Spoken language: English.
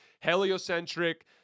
heliocentric